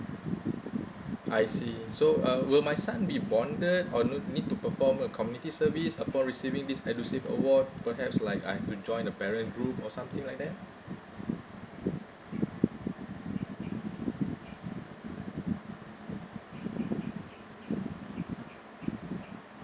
I see so uh will my son be bonded or no need to perform a community service upon receiving this edusave award perhaps like I have to join the parent group or something like that